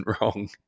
wrong